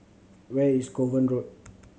where is Kovan Road